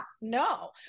no